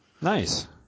Nice